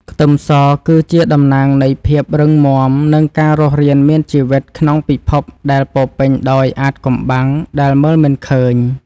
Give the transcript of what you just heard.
ខ្ទឹមសគឺជាតំណាងនៃភាពរឹងមាំនិងការរស់រានមានជីវិតក្នុងពិភពដែលពោរពេញដោយអាថ៌កំបាំងដែលមើលមិនឃើញ។